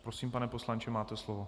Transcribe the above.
Prosím, pane poslanče, máte slovo.